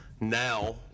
now